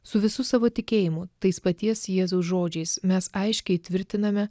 su visu savo tikėjimu tais paties jėzaus žodžiais mes aiškiai tvirtiname